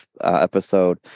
episode